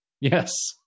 Yes